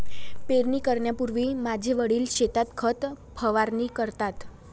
पेरणी करण्यापूर्वी माझे वडील शेतात खत फवारणी करतात